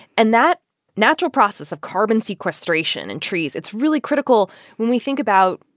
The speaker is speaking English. and that natural process of carbon sequestration in trees it's really critical when we think about,